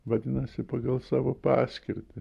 vadinasi pagal savo paskirtį